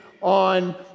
on